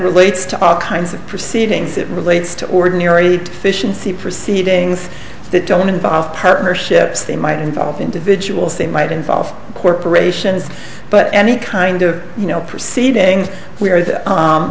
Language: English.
relates to all kinds of proceedings that relates to ordinary fish and sea proceedings that don't involve partnerships they might involve individuals they might involve corporations but any kind of you know proceedings where